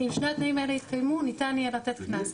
אם שני התנאים האלה יתקיימו יהיה ניתן לתת קנס,